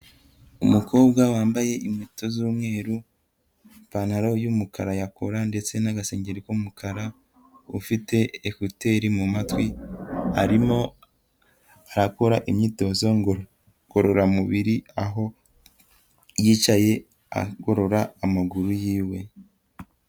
Umukobwa wambaye inkweto z'umweru, ipantaro y'umukara ya kora ndetse n'agasengeri k'umukara, ufite ekuteri mu matwi, arimo arakora imyitozo ngororamubiri, aho yicaye agorora amaguru yiwe.